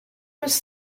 was